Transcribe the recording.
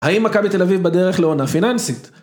האם מכבי תל אביב בדרך לעונה פיננסית?